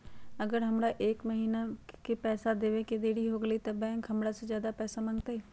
अगर हमरा से एक महीना के पैसा देवे में देरी होगलइ तब बैंक हमरा से ज्यादा पैसा मंगतइ?